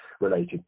related